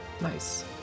nice